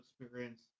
experience